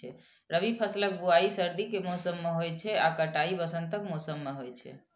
रबी फसलक बुआइ सर्दी के मौसम मे होइ छै आ कटाइ वसंतक मौसम मे होइ छै